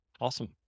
Awesome